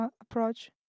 approach